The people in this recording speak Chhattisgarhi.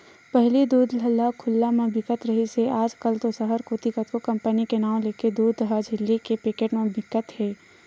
पहिली दूद ह खुल्ला म बिकत रिहिस हे आज कल तो सहर कोती कतको कंपनी के नांव लेके दूद ह झिल्ली के पैकेट म बिकत दिखथे